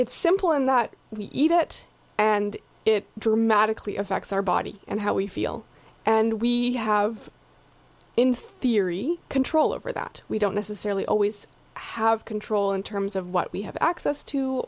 it's simple in that we eat it and it dramatically affects our body and how we feel and we have in theory control over that we don't necessarily always have control in terms of what we have access to